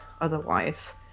otherwise